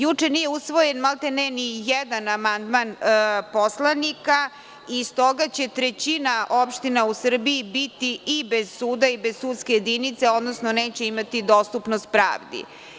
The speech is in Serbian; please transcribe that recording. Juče nije usvojen maltene ni jedan amandman poslanika i stoga će trećina opština u Srbiji biti i bez suda i bez sudske jedinice, odnosno neće imati dostupnost pravdi.